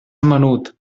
menut